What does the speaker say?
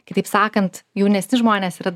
kitaip sakant jaunesni žmonės yra